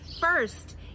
First